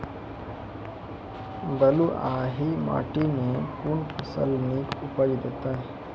बलूआही माटि मे कून फसल नीक उपज देतै?